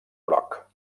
groc